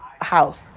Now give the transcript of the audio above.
house